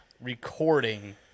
recording